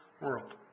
world